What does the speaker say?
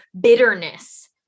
bitterness